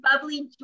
bubbly